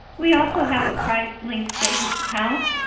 we also have a prize-linked savings account.